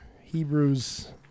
Hebrews